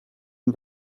and